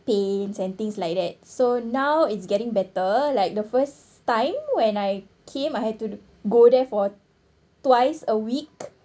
pains and things like that so now it's getting better like the first time when I came I had to go there for twice a week